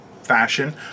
fashion